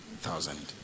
thousand